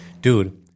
Dude